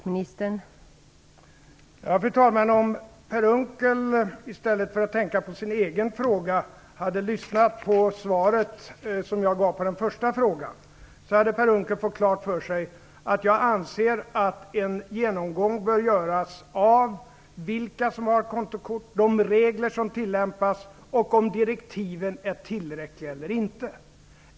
Fru talman! Om Per Unckel i stället för att tänka på sin egen fråga hade lyssnat på det svar som jag gav på den första frågan, hade Per Unckel fått klart för sig att jag anser att en genomgång bör göras av vilka som har kontokort, de regler som tillämpas och om direktiven är tillräckliga eller inte.